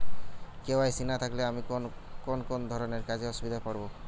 KYC না থাকলে আমি কোন কোন ধরনের কাজে অসুবিধায় পড়ব?